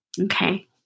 Okay